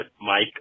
Mike